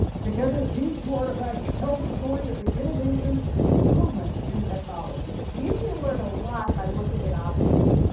together, these two artifacts tell the story of the innovation and improvements in technology. you can learn a lot by looking at objects,